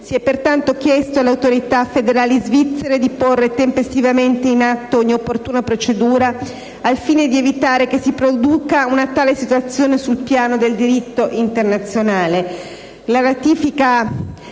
Si è pertanto chiesto alle Autorità federali svizzere di porre tempestivamente in atto ogni opportuna procedura al fine di evitare che si produca una tale situazione sul piano del diritto internazionale.